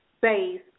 base